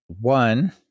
One